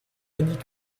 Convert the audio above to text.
yannick